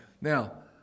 Now